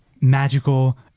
magical